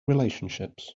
relationships